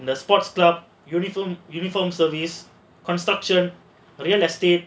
the sports club uniform uniformed service construction real estate